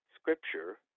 scripture